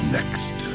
Next